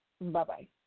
Bye-bye